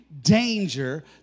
danger